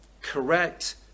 Correct